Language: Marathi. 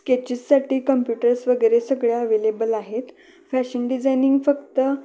स्केचेससाठी कम्प्युटर्स वगैरे सगळं अव्हेलेबल आहेत फॅशन डिजाइनिंग फक्त